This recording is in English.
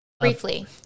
Briefly